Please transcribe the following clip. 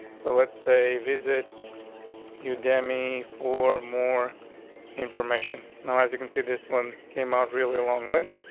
so let's say visit your demi for more information now, as you can see, this one came out really long. link.